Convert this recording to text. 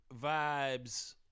Vibes